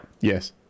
Yes